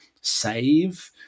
save